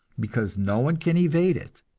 because no one can evade it.